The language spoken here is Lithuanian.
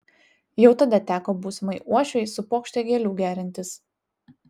jau tada teko būsimai uošvei su puokšte gėlių gerintis